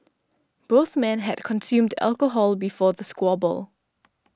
both men had consumed alcohol before the squabble